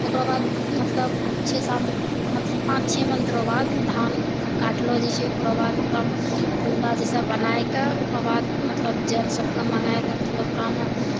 ओकरा मतलब छओ सात पाँच छओ माह के बाद धान काटलो जाइ छै ओकरो बाद ओकरो ठुल्ला जैसा बनाइ कऽ ओकर बाद मतलब ओकरो जड़ सऽ कमेनाइ एकदम फिर ओकरोमे